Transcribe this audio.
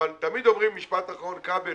אבל תמיד אומרים משפט אחרון, כבל